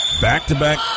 back-to-back